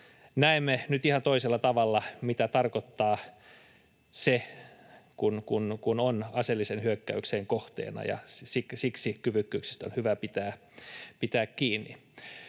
näemme nyt ihan toisella tavalla, mitä tarkoittaa se, kun on aseellisen hyökkäyksen kohteena, ja siksi kyvykkyyksistä on hyvä pitää kiinni.